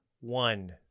one